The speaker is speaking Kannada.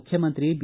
ಮುಖ್ಯಮಂತ್ರಿ ಬಿ